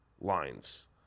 lines